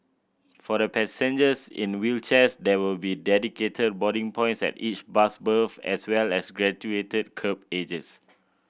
for the passengers in wheelchairs there will be dedicated boarding points at each bus berth as well as graduated kerb edges